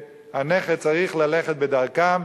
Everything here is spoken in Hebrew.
שהנכד צריך ללכת בדרכם,